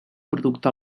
producte